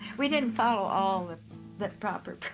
we didn't follow all of the proper